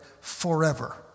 forever